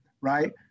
Right